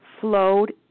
flowed